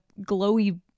glowy